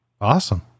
Awesome